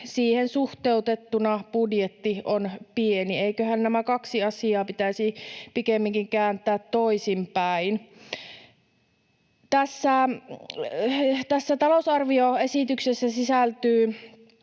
siihen suhteutettuna budjetti on pieni — eiköhän nämä kaksi asiaa pitäisi pikemminkin kääntää toisinpäin. Tähän talousarvioesitykseen sisältyy